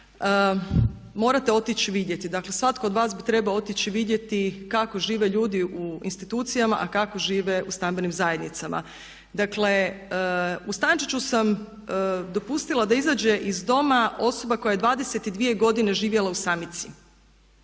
Morate otići vidjeti, dakle svatko od vas bi trebao otići vidjeti kako žive ljudi u institucijama, a kako žive u stambenim zajednicama. Dakle, u Stančiću sam dopustila da izađe iz doma osoba koja je 22 godine živjela u samici.